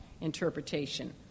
interpretation